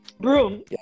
Broom